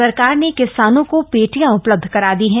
सरकार ने किसानों को पेटियां उपलब्ध करा दी हैं